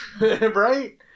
Right